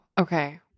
Okay